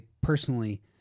personally